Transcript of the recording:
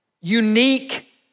unique